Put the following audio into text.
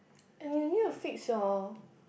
and you need to fix your